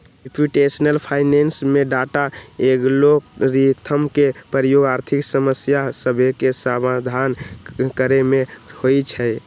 computational finance में data, algorithm के प्रयोग आर्थिक समस्या सभके समाधान करे में होइ छै